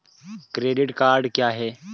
Credit card क्या है?